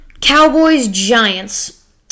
Cowboys-Giants